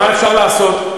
מה אפשר לעשות?